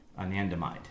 Anandamide